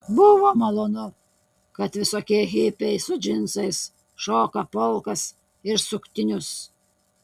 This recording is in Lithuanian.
buvo malonu kad visokie hipiai su džinsais šoka polkas ir suktinius